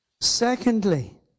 Secondly